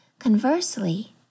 Conversely